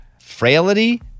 frailty